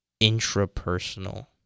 intrapersonal